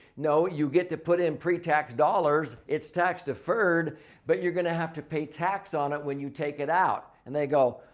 no, you get to put in pre-tax dollars. it's tax deferred but you're going to have to pay tax on it when you take it out. and they go,